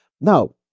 Now